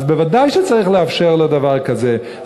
אז בוודאי צריך לאפשר דבר כזה.